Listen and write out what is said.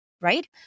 right